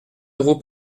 euros